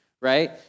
right